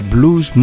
Blues